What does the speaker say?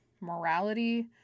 morality